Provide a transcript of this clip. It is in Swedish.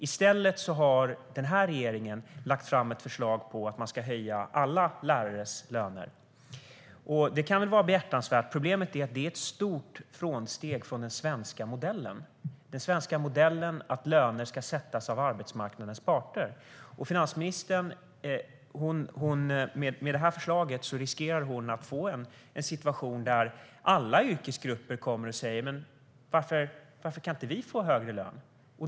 I stället har den här regeringen lagt fram ett förslag om att man ska höja alla lärares löner. Det kan vara behjärtansvärt. Problemet är att det är ett stort avsteg från den svenska modellen, det vill säga att löner ska sättas av arbetsmarknadens parter. Med detta förslag riskerar finansministern att få en situation där alla yrkesgrupper kommer att säga: Varför kan inte vi få högre lön?